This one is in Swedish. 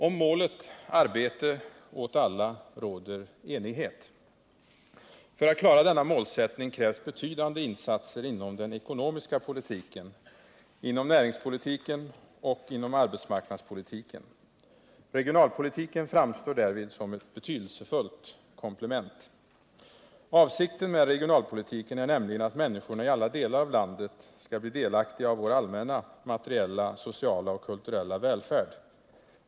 Om målet arbete åt alla råder enighet. För att klara denna målsättning krävs betydande insatser inom den ekonomiska politiken, inom näringspolitiken och inom arbetsmarknadspolitiken. Regionalpolitiken framstår därvid som ett betydelsefullt komplement. Avsikten med regionalpolitiken är nämligen att människorna i alla delar av landet skall bli delaktiga av vår allmänna materiella, sociala och kulturella välfärd.